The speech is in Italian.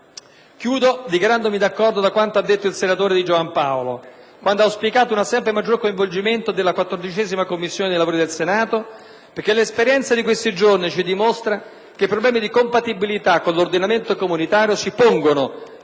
Sono d'accordo poi con quanto detto dal senatore Di Giovan Paolo, che ha auspicato un sempre maggior coinvolgimento della 14a Commissione nei lavori del Senato, perché l'esperienza di questi giorni ci dimostra che problemi di compatibilità con l'ordinamento comunitario si pongono